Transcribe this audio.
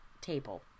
table